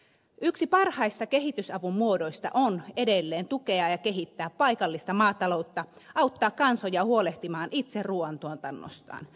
yksi parhaista kehitysavun muodoista on edelleen tukea ja kehittää paikallista maataloutta auttaa kansoja huolehtimaan itse ruuan tuotannostaan